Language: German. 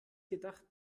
gedacht